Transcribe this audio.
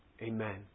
Amen